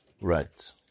Right